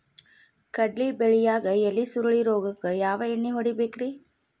ಕಡ್ಲಿ ಬೆಳಿಯಾಗ ಎಲಿ ಸುರುಳಿ ರೋಗಕ್ಕ ಯಾವ ಎಣ್ಣಿ ಹೊಡಿಬೇಕ್ರೇ?